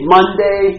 Monday